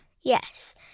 Yes